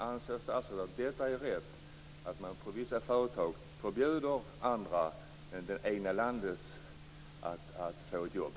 Anser statsrådet att detta är rätt; att man på vissa företag förbjuder andra än dem från det egna landet att få ett jobb?